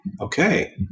Okay